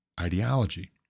ideology